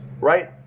right